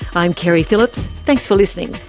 i'm keri phillips. thanks for listening